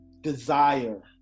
desire